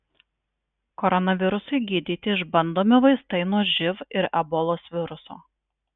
koronavirusui gydyti išbandomi vaistai nuo živ ir ebolos viruso